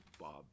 Bob